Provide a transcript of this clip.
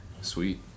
Sweet